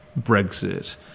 Brexit